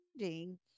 finding